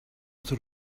sort